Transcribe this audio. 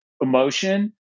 emotion